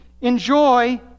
enjoy